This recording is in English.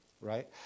Right